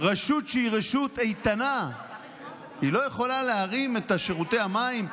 רשות שהיא רשות איתנה לא יכולה להרים את שירותי המים?